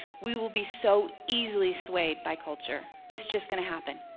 we will be so easily swayed by culture, it's just gonna happen.